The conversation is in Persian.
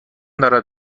دارد